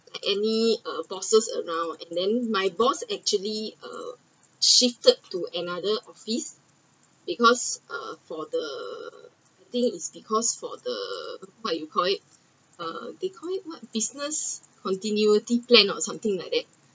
any uh bosses around and then my boss actually uh shifted to another office because uh for the I think is because for the what you called it uh they called it what business continuity plan or something like that